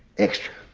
extra.